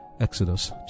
Exodus